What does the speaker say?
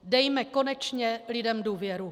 Dejme konečně lidem důvěru.